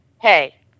hey